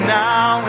now